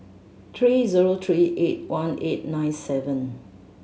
three zero three eight one eight nine seven